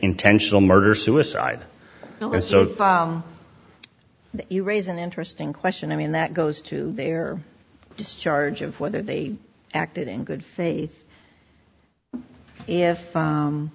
intentional murder suicide and so file you raise an interesting question i mean that goes to their just charge of whether they acted in good faith if